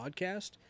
podcast